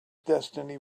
destiny